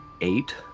eight